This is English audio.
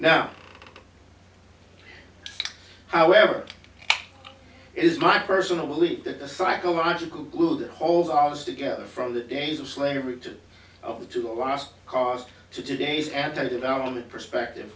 now however it is my personal belief that the psychological glue that holds us together from the days of slavery to over to a lost cause to today's anti development perspective